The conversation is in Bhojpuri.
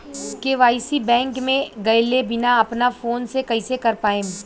के.वाइ.सी बैंक मे गएले बिना अपना फोन से कइसे कर पाएम?